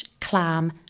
clam